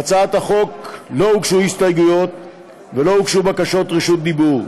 להצעת החוק לא הוגשו הסתייגויות ולא הוגשו בקשות רשות דיבור.